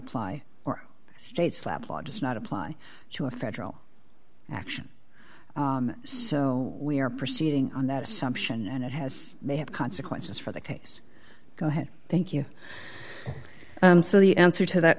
apply or states slabbed law does not apply to a federal action so we are proceeding on that assumption and it has they have consequences for the case go ahead thank you so the answer to that